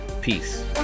Peace